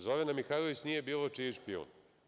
Zorana Mihajlović nije bilo čiji špijun.